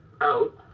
out